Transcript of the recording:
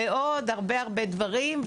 ועוד הרבה הרבה דברים,